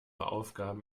aufgaben